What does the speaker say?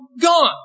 gone